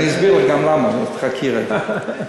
אני אסביר גם למה, חכי רגע.